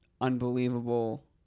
unbelievable